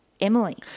Emily